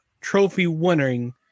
trophy-winning